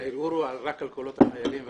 --- הערעור הוא רק על קולות החיילים והנכים?